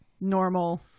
normal